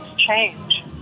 change